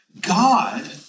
God